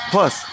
Plus